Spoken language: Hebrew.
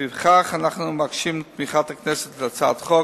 לפיכך, אנחנו מבקשים את תמיכת הכנסת בהצעת החוק.